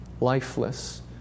lifeless